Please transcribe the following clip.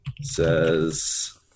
says